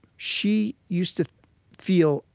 she used to feel,